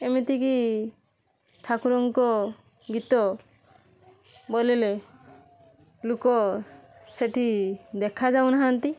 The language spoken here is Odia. ଏମିତିକି ଠାକୁରଙ୍କ ଗୀତ ବୋଲିଲେ ଲୋକ ସେଇଠି ଦେଖାଯାଉ ନାହାଁନ୍ତି